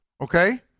okay